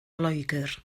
loegr